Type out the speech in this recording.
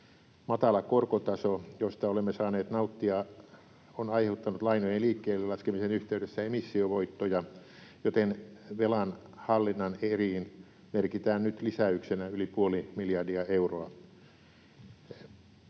Matala korkotaso, josta olemme saaneet nauttia, on aiheuttanut lainojen liikkeelle laskemisen yhteydessä emissiovoittoja, joten velanhallinnan eriin merkitään nyt lisäyksenä yli puoli miljardia euroa.